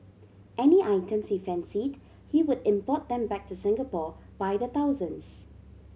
any items he fancied he would import them back to Singapore by the thousands